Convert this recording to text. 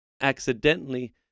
accidentally